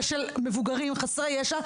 ושל מבוגרים חסרי ישע,